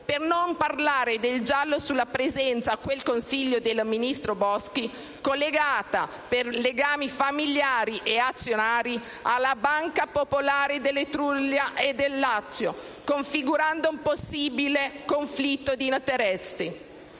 per non parlare del giallo sulla presenza della ministra Boschi a quel Consiglio dei ministri, collegata, per legami familiari e azionari, alla Banca popolare dell'Etruria e del Lazio, configurando un possibile conflitto d'interessi.